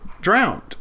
drowned